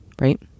right